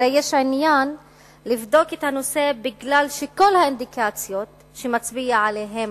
הרי יש עניין לבדוק את הנושא משום שכל האינדיקציות שמצביע עליהן